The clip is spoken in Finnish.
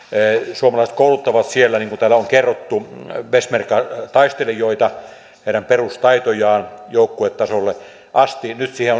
suomalaiset kouluttavat siellä niin kuin täällä on kerrottu peshmerga taistelijoita heidän perustaitojaan joukkuetasolle asti nyt siihen